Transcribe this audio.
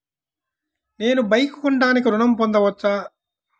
నేను బైక్ కొనటానికి ఋణం పొందవచ్చా?